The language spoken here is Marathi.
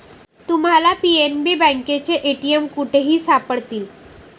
तुम्हाला पी.एन.बी बँकेचे ए.टी.एम कुठेही सापडतील